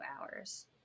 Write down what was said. hours